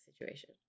situation